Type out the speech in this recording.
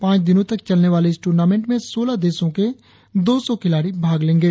पांच दिनों तक चलने वाले इस टूर्नामेंट में सोलह देशों के दो सौ खिलाड़ी भाग लेंगें